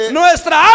nuestra